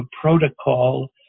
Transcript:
protocol